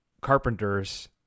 Carpenters